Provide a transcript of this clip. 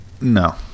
No